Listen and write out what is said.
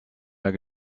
mehr